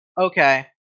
okay